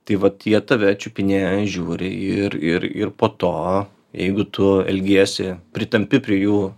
tai vat jie tave čiupinėja žiūri ir ir ir po to jeigu tu elgiesi pritampi prie jų